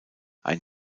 ein